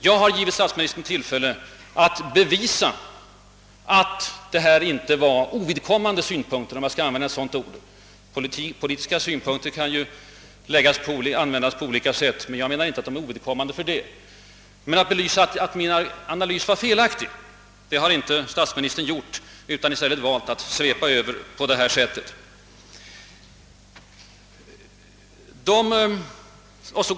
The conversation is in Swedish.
Jag har givit statsministern tillfälle att bevisa att min analys var felaktig, men det har statsministern inte gjort, utan han har i stället valt att svepa över resonemanget på detta sätt.